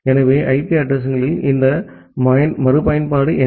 எனவே IP addressing களுக்கு இந்த மறுபயன்பாடு என்ன